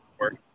work